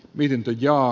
virta ja